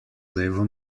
levo